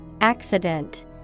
Accident